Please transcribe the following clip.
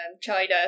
China